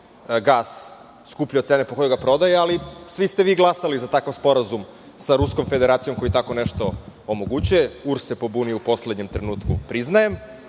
gas skuplje od cene po kojoj ga prodaje, ali svi ste vi glasali za takav sporazum sa Ruskom Federacijom, koji tako nešto omogućuje. Ujedinjeni regioni Srbije se pobunio u poslednjem trenutku, priznajem,